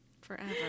Forever